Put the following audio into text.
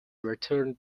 returned